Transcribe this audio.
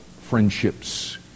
friendships